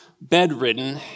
bedridden